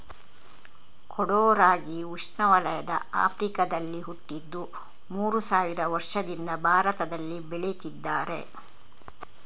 ಕೊಡೋ ರಾಗಿ ಉಷ್ಣವಲಯದ ಆಫ್ರಿಕಾದಲ್ಲಿ ಹುಟ್ಟಿದ್ದು ಮೂರು ಸಾವಿರ ವರ್ಷದಿಂದ ಭಾರತದಲ್ಲಿ ಬೆಳೀತಿದ್ದಾರೆ